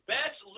Best